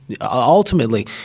ultimately